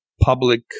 public